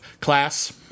class